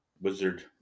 Wizard